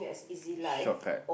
shortcut